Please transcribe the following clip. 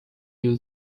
you